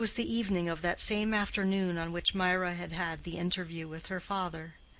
it was the evening of that same afternoon on which mirah had had the interview with her father.